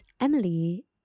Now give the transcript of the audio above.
emily